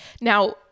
Now